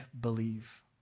believe